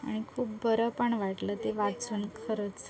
आणि खूप बरं पण वाटलं ते वाचून खरंच